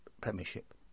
Premiership